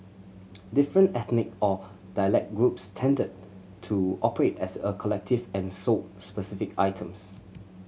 different ethnic or dialect groups tended to operate as a collective and sold specific items